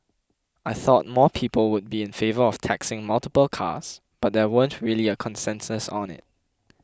I thought more people would be in favour of taxing multiple cars but there weren't really a consensus on it